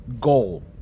goal